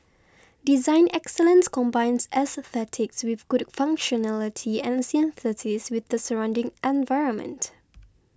design excellence combines aesthetics with good functionality and synthesis with the surrounding environment